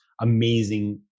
amazing